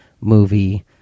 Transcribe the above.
movie